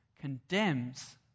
condemns